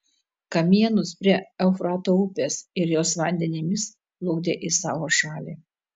kamienus prie eufrato upės ir jos vandenimis plukdė į savo šalį